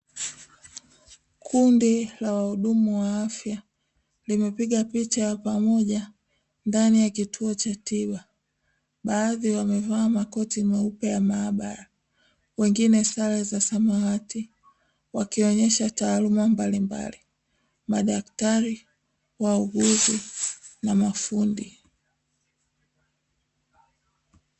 Kundi la wahudumu wa afya limepiga picha ya pamoja ndani ya kituo cha tiba; baadhi wamevaa makoti meupe ya maabara wengine sare za samawati, wakionyesha taaluma mbalimbali: madaktari, wauguzi na mafundi.